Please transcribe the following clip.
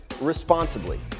responsibly